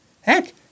Heck